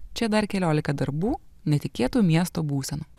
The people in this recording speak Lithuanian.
čia dar keliolika darbų netikėtų miesto būsenų